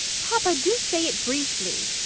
papa, do say it briefly!